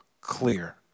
clear